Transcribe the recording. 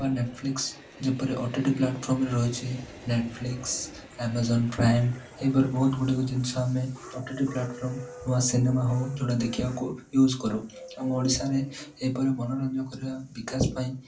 ବା ନେଟଫ୍ଲିକ୍ସ ଯେପରି O T T ପ୍ଲାଟଫର୍ମରେ ରହିଛି ନେଟଫ୍ଲିକ୍ସ ଏମାଜନ୍ ପ୍ରାଇମ୍ ଏହିପରି ବହୁତ ଗୁଡ଼ିଏ ଜିନିଷ ଆମେ ଓ ଟି ଟି ପ୍ଲାଟଫର୍ମ ନୂଆ ସିନେମା ହେଉ ଯେଉଁଟା ଦେଖିବାକୁ ୟୁଜ୍ କରୁ ଆମ ଓଡ଼ିଶାରେ ଏପରି ମନୋରଞ୍ଜନ କରିବା ବିକାଶ ପାଇଁ